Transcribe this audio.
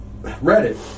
Reddit